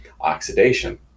oxidation